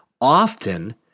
often